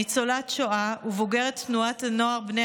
ניצולת שואה ובוגרת תנועת נוער בני